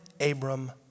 Abram